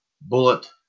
Bullet